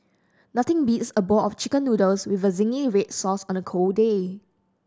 nothing beats a bowl of Chicken Noodles with zingy red sauce on a cold day